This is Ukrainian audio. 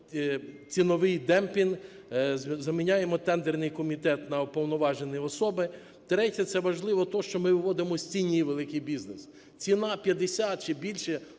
ціновий демпінг. Заміняємо тендерний комітет на уповноважені особи. Третє, це важливо, – те, що ми виводимо з тіні великий бізнес. Ціна 50 чи більше,